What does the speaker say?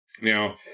Now